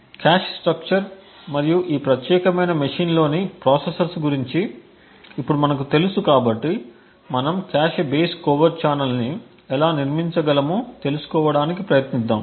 cache structure మరియు ఈ ప్రత్యేకమైన మెషీన్ లోని ప్రాసెసర్స్ గురించి ఇప్పుడు మనకు తెలుసు కాబట్టి మనం కాష్ బేస్ కోవర్ట్ ఛానెల్ని ఎలా నిర్మించగలమో తెలుసుకోవడానికి ప్రయత్నిద్దాం